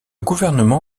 gouvernement